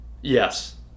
yes